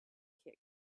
kick